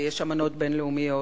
ויש אמנות בין-לאומיות,